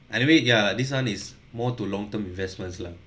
anyway ya this one is more to long term investments lah